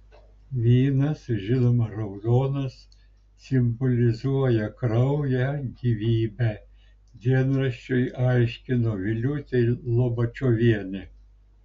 vynas žinoma raudonas simbolizuoja kraują gyvybę dienraščiui aiškino viliūtė lobačiuvienė